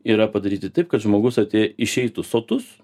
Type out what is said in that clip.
yra padaryti taip kad žmogus atė išeitų sotus